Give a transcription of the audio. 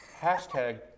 hashtag